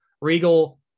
Regal